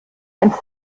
ein